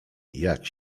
jak